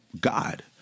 God